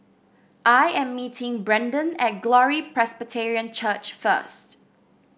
I am meeting Brendon at Glory Presbyterian Church first